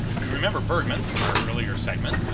you remember bergmann from our earlier segment.